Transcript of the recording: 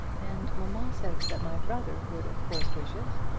and mamma says that my brother would of course wish it.